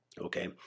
Okay